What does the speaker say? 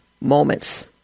Moments